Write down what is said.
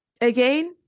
Again